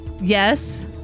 Yes